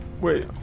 wait